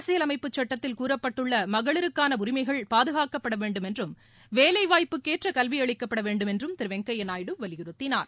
அரசியலமைப்புச் சுட்டத்தில் கூறப்பட்டுள்ள மகளிருக்கான உரிமைகள் பாதுகாக்கப்பட வேண்டுமென்றும் வேலைவாய்ப்புக்கேற்ற கல்வி அளிக்கப்பட வேண்டுமென்றும் திரு வெங்கையா நாயுடு வலியுறத்தினார்